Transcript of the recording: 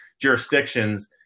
jurisdictions